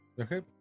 Okay